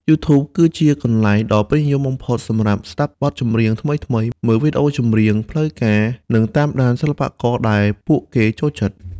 YouTube គឺជាកន្លែងដ៏ពេញនិយមបំផុតសម្រាប់ស្ដាប់បទចម្រៀងថ្មីៗ មើលវីដេអូចម្រៀងផ្លូវការ និងតាមដានសិល្បករដែលពួកគេចូលចិត្ត។